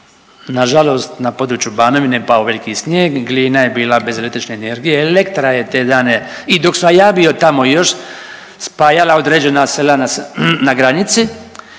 nažalost na području Banovine pao veliki snijeg, Glina je bila bez električne energije, Elektra je te dane i dok sam ja bio tamo još spajala određena sela na granici